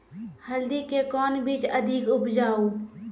हल्दी के कौन बीज अधिक उपजाऊ?